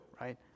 Right